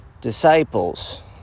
Disciples